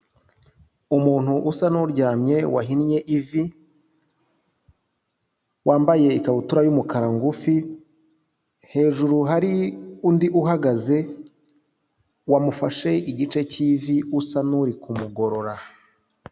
Umuntu usa n'uryamye wahinnye ivi, wambaye ikabutura y'umukara ngufi, hejuru hari undi uhagaze, wamufashe igice cy'ivi usa n'uri kumugorora.